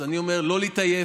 לא להתעייף.